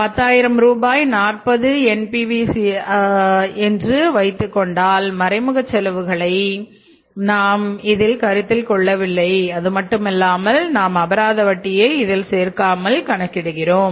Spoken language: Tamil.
10000 ரூபாய் 40 என் டிவி சிகிச்சை இருக்கிறது ஏனென்றால் மறைமுக செலவுகளை நாம் இதில் கருத்தில் கொள்ளவில்லை அதுமட்டுமல்லாமல் நாம் அபராத வட்டியை இதில் சேர்க்காமல் கணக்கிடுகிறோம்